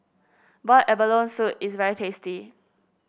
Boiled Abalone Soup is very tasty